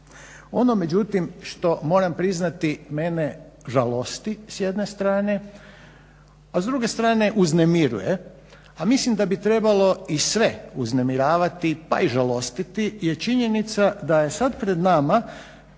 Ono međutim što moram priznati mene žalosti s jedne strane, a s druge strane uznemiruje, a mislim da bi trebalo i sve uznemiravati pa i žalostiti je činjenica da je sad pred nama